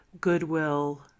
goodwill